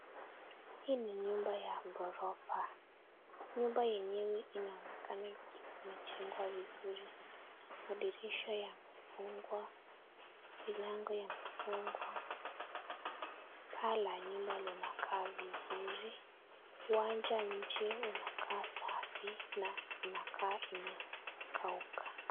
Hii ni nyumba ya ghorofa. Nyumba yenyewe inaonekana imejengwa vizuri. Madirisha yamefungwa, milango yamefungwa. Pale nyumba linakaa vizuri. Uwanja nje unakaa safi na unakaa imekauka.